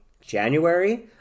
January